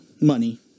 money